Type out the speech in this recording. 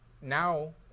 now